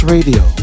Radio